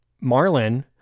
Marlin